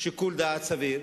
שיקול דעת סביר,